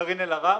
וקארין אלהרר.